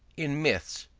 in myths.